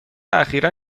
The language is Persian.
اخیرا